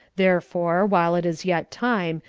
therefore, while it is yet time,